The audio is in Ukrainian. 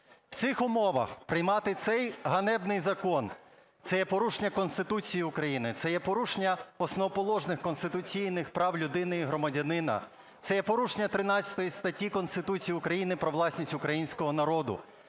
В цих умовах приймати цей ганебний закон – це є порушення Конституції України, це є порушення основоположних конституційних прав людини і громадянина, це є порушення 13 статті Конституції України про власність українського народу.